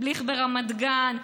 בליך ברמת גן,